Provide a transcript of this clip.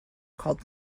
called